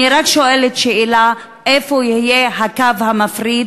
אני רק שואלת שאלה: איפה יהיה הקו המפריד